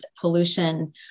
pollution